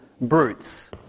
brutes